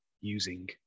using